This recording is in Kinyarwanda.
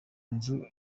nzu